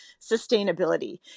sustainability